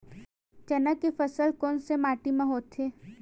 चना के फसल कोन से माटी मा होथे?